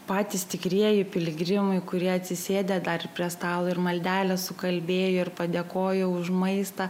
patys tikrieji piligrimai kurie atsisėdę dar prie stalo ir maldelę sukalbėjo ir padėkojo už maistą